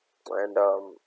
and um